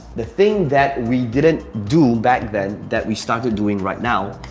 the thing that we didn't do back then that we started doing right now,